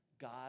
God